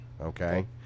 Okay